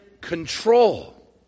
control